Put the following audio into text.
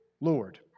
Lord